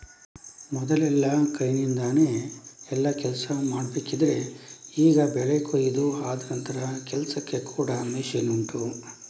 ಮೊದಲೆಲ್ಲ ಕೈನಿಂದಾನೆ ಎಲ್ಲಾ ಕೆಲ್ಸ ಮಾಡ್ಬೇಕಿದ್ರೆ ಈಗ ಬೆಳೆ ಕೊಯಿದು ಆದ ನಂತ್ರದ ಕೆಲ್ಸಕ್ಕೆ ಕೂಡಾ ಮಷೀನ್ ಉಂಟು